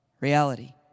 reality